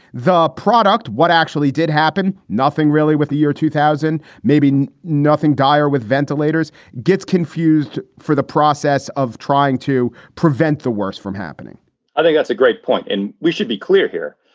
the product, what actually did happen? nothing really. with the year two thousand, maybe nothing dire with ventilators, gets confused for the process of trying to prevent the worst from happening i think that's a great point. and we should be clear here,